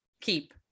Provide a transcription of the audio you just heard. keep